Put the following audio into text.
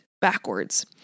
backwards